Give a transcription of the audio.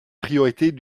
priorités